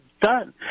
done